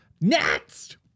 next